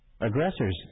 Aggressors